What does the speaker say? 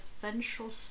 ventral